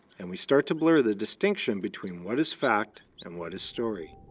and we start to blur the distinction between what is fact and what is story.